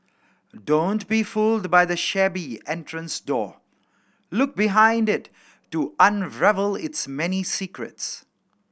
don't be fooled by the shabby entrance door look behind it to unravel its many secrets